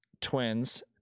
Twins